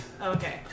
Okay